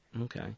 okay